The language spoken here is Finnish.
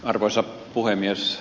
arvoisa puhemies